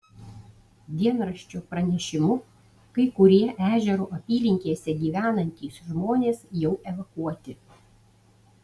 dienraščio pranešimu kai kurie ežero apylinkėse gyvenantys žmonės jau evakuoti